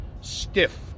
stiff